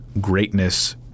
Greatness